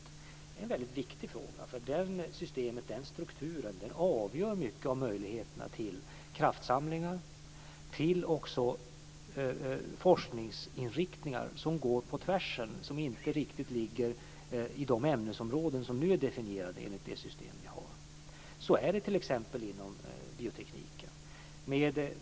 Det är en väldigt viktig fråga, eftersom den strukturen avgör mycket av möjligheterna till kraftsamlingar och även till forskningsinriktningar som går på tvärs och som inte riktigt ligger inom de ämnesområden som är definierade i det system som vi nu har. Så är det t.ex. inom biotekniken.